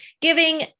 giving